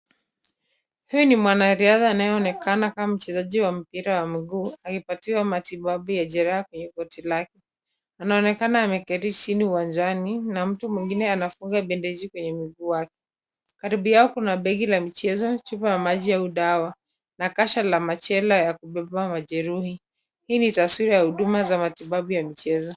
Huyu ni mwanariadha anayeonekana kama mchezaji wa mpira wa miguu, akipatiwa matibabu ya jeraa kwenye goti lake. Anaonekana ameketi chini uwanjani na mtu mwingine anafunga bandeji kwenye mguu wake. Karibu yao kuna begi la michezo, chupa la maji au dawa, na kasha la machela ya kubeba majeruhi. Hii ni taswira ya huduma za matibabu ya michezo.